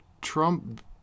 Trump